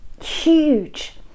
huge